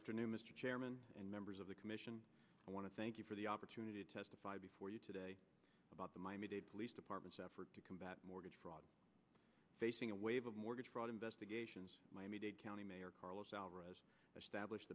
afternoon mr chairman and members of the commission i want to thank you for the opportunity to testify before you today about the miami police department's effort to combat mortgage fraud facing a wave of mortgage fraud investigations county mayor carlos alvarez establish